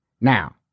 Now